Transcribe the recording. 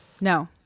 no